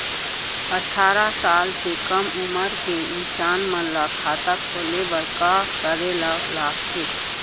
अट्ठारह साल से कम उमर के इंसान मन ला खाता खोले बर का करे ला लगथे?